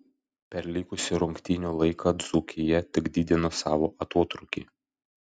per likusį rungtynių laiką dzūkija tik didino savo atotrūkį